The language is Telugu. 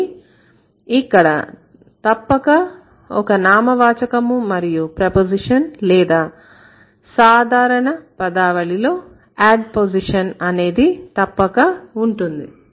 కానీ ఇక్కడ తప్పక ఒక నామవాచకము మరియు ప్రపోజిషన్ లేదా సాధారణ పదావళిలో ఆడ్పోజిషన్ అనేది తప్పక ఉంటుంది